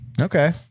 okay